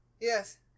Yes